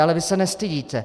Ale vy se nestydíte.